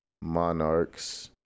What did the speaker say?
Monarchs